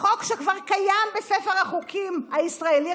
החוק כבר קיים בספר החוקים הישראלי,